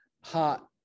hot